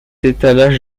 étalage